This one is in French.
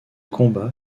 combat